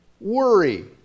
worry